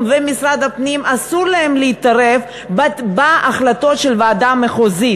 ולמשרד הפנים אסור להתערב בהחלטות של הוועדה המחוזית.